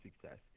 success